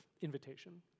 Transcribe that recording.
invitation